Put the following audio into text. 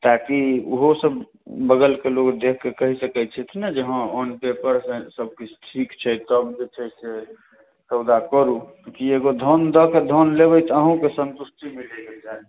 ताकि ओहोसभ बगलके लोक देखि कऽ कहि सकैत छथि ने जे हँ ऑन पेपर सभकिछु ठीक छै तब जे छै से सौदा करू कि एगो धन दऽ कऽ धन लेबै तऽ अहूँके सन्तुष्टि मिलैके चाही